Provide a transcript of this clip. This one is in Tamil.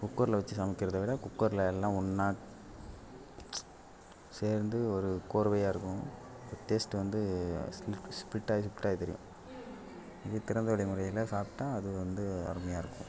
குக்கர்ல வச்சு சமைக்கிறதை விட குக்கர்ல எல்லாம் ஒன்றா சேர்ந்து ஒரு கோர்வையாக இருக்கும் டேஸ்ட்டு வந்து ஸ்ப்ளிட் ஸ்ப்ளிட்டாகி ஸ்ப்ளிட்டாகி தெரியும் இதே திறந்த வெளி முறையில் சாப்பிட்டா அது வந்து அருமையாக இருக்கும்